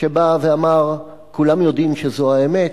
שבא ואמר: כולם יודעים שזו האמת.